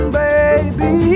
baby